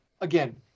again